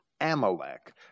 Amalek